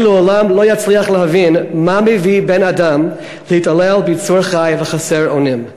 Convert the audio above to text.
אני לעולם לא אצליח להבין מה מביא בן-אדם להתעלל ביצור חי וחסר אונים.